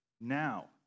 now